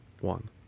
one